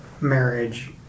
marriage